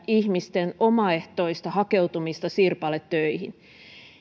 ihmisten omaehtoista hakeutumista sirpaletöihin